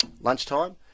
lunchtime